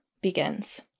begins